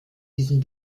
diesen